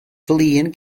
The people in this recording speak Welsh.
flin